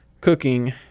cooking